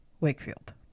Wakefield